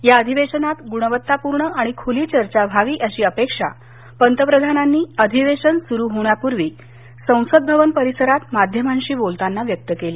या अधिवेशनात गुणवत्तापूर्ण आणि खुली चर्चा व्हावी अशी अपेक्षा पंतप्रधानांनी अधिवेश सुरू होण्यापूर्वी संसद भवन परिसरात माध्यमांशी बोलताना व्यक्त केली